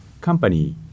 company